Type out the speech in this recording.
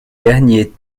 derniers